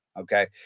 Okay